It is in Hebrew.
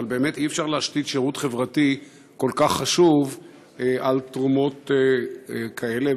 אבל באמת אי-אפשר להשתית שירות חברתי כל כך חשוב על תרומות כאלה.